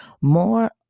more